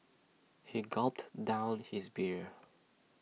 he gulped down his beer